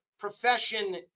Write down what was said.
profession